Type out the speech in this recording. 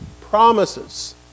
promises